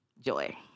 joy